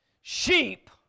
Sheep